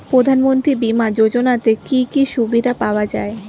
প্রধানমন্ত্রী বিমা যোজনাতে কি কি সুবিধা পাওয়া যায়?